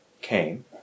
came